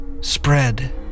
spread